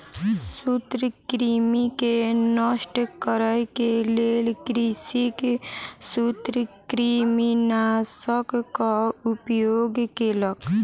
सूत्रकृमि के नष्ट करै के लेल कृषक सूत्रकृमिनाशकक उपयोग केलक